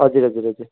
हजुर हजुर हजुर